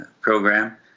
program